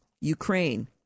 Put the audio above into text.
Ukraine